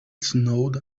snowed